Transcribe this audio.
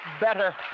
better